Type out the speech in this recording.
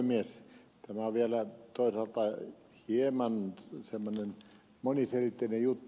tämä on vielä toisaalta hieman semmoinen moniselitteinen juttu